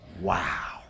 Wow